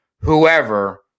whoever –